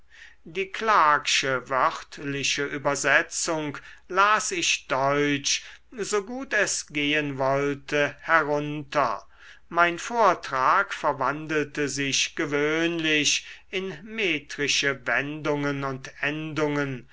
die clarkesche wörtliche übersetzung las ich deutsch so gut es gehen wollte herunter mein vortrag verwandelte sich gewöhnlich in metrische wendungen und endungen